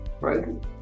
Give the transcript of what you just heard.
right